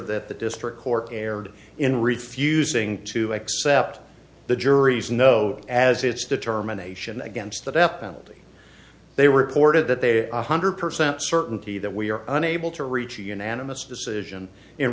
that the district court erred in refusing to accept the jury's no as its determination against the death penalty they were reported that they are hundred percent certainty that we are unable to reach a unanimous decision in